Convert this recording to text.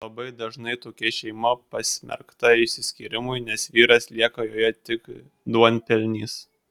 labai dažnai tokia šeima pasmerkta išsiskyrimui nes vyras lieka joje tik duonpelnys